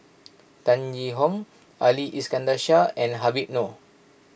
Tan Yee Hong Ali Iskandar Shah and Habib Noh